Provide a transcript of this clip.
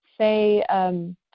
Say